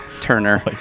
Turner